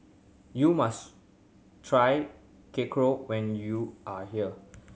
you must try Korokke when you are here